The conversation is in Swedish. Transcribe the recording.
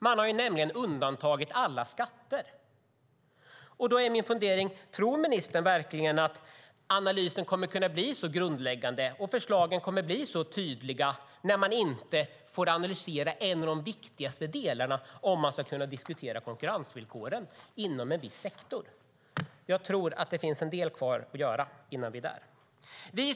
Man har nämligen undantagit alla skatter. Då är min fundering: Tror ministern verkligen att analysen kommer att kunna bli så grundläggande och att förslagen kommer att bli så tydliga när man inte får analysera en av de viktigaste delarna om man ska kunna diskutera konkurrensvillkoren inom en viss sektor? Jag tror att det finns en del kvar att göra innan vi är där.